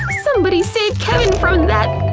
somebody save kevin from that